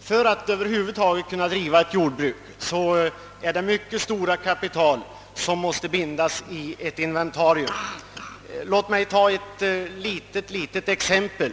För att man över huvud taget skall kunna driva ett jordbruk måste mycket stora kapital bindas i inventarier. Låt mig ta ett litet exempel.